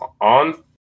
on